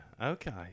Okay